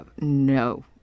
no